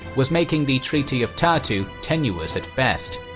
was making the treaty of tartu tenuous at best.